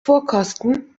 vorkosten